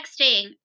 texting